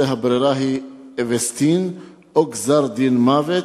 הברירה היא "אווסטין" או גזר-דין מוות?